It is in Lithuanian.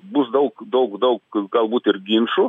bus daug daug daug galbūt ir ginčų